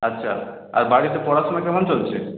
আচ্ছা আর বাড়িতে পড়াশোনা কেমন চলছে